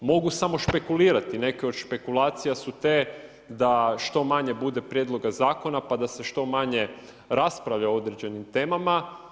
Mogu samo špekulirati, neke od špekulacija su te da što manje bude prijedloga zakona pa da se što manje raspravlja o određenim temama.